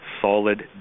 solid